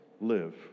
live